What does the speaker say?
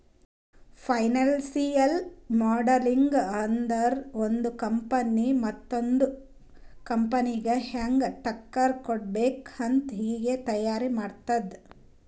financial modelling ಅಂದುರ್ ಒಂದು company ಮತ್ತೊಂದ್ ಕಂಪನಿಗ ಹ್ಯಾಂಗ್ ಟಕ್ಕರ್ ಕೊಡ್ಬೇಕ್ ಅಂತ್ ಈಗೆ ತೈಯಾರಿ ಮಾಡದ್ದ್